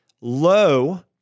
low